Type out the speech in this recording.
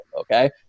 Okay